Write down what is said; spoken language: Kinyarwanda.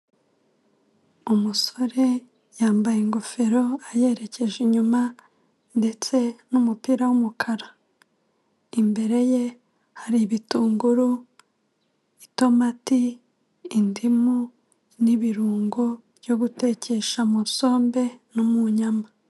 Umusore yambaye ingofero ayerekeje inyuma, ndetse n'umupira w'umukara. Imbere ye hari ibitunguru, itomati, indimu, n'ibindi birungo byo gutekesha isombe no mu nyama.